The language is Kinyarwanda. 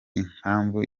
impamvu